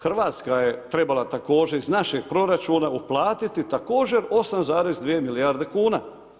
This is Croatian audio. Hrvatska je trebala također iz našeg proračuna uplatiti također 8,2 milijarde kuna.